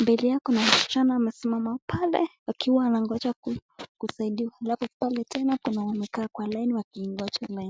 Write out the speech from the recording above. Mbele kuna wasichana wamesimama pale wakiwa wanangoja kusaidiwa. Alafu pale tena kuna wenye wamekaa kwa laini wakingoja.